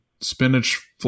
spinach